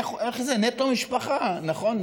איך זה, נטו משפחה, נכון?